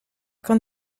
con